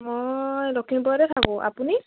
মই লখিমপুৰতে থাকোঁ আপুনি